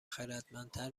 خردمندتر